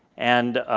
and